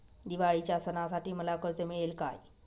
दिवाळीच्या सणासाठी मला कर्ज मिळेल काय?